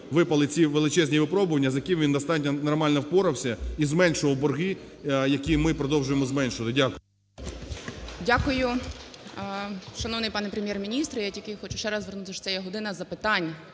випали ці величезні випробування, з якими він достатньо нормально впорався, і зменшував борги, які ми продовжуємо зменшувати. Дякую. ГОЛОВУЮЧИЙ. Дякую, шановний пане Прем'єр-міністре. Я тільки хочу ще раз звернути, що це є "година запитань